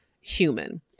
human